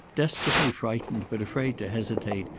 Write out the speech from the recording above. desperately frightened but afraid to hesitate,